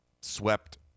swept